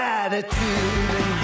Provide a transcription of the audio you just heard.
attitude